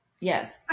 Yes